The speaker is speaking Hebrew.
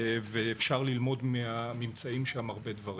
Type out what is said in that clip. ואפשר ללמוד מהממצאים שם הרבה דברים.